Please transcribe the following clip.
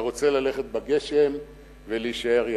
אתה רוצה ללכת בגשם ולהישאר יבש.